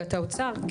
נציגת האוצר,